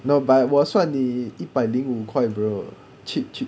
no but 我算你一百零五块 bro cheap cheap